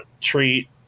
treat